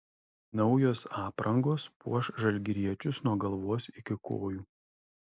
naujos aprangos puoš žalgiriečius nuo galvos iki kojų